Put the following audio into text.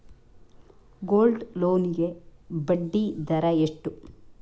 Gold loan ಗೆ ಬಡ್ಡಿ ದರ ಎಷ್ಟು?